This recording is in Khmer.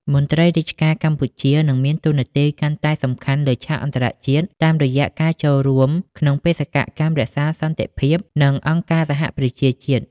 មន្ត្រីរាជការកម្ពុជានឹងមានតួនាទីកាន់តែសំខាន់លើឆាកអន្តរជាតិ តាមរយៈការចូលរួមក្នុងបេសកកម្មរក្សាសន្តិភាព និងអង្គការសហប្រជាជាតិ។